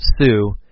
sue